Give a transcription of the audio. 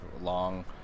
long